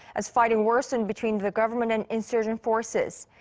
as fighting worsened between government and insurgent forces.